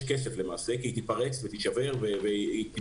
כסף למעשה כי היא תיפרץ ותישבר ותיבזז,